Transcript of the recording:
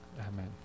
amen